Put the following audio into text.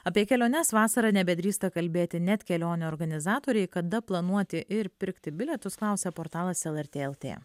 apie keliones vasarą nebedrįsta kalbėti net kelionių organizatoriai kada planuoti ir pirkti bilietus klausia portalas lrt lt